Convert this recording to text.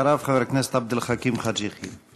אחריו, חבר הכנסת עבד אל חכים חאג' יחיא.